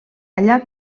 allà